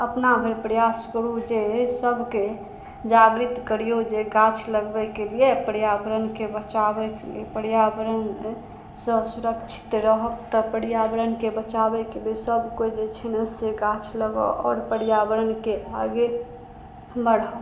अपना भरि प्रयास करू जे सबके जागृत करियौ जे गाछ लगबयके लिये पर्यावरणके बचाबयके लिये पर्यावरणसँ सुरक्षित रहब तऽ पर्यावरणके बचाबयके लिये सब कोइ जे छै ने से गाछ लगाउ आओर पर्यावरणके आगे बढ़ाउ